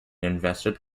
invested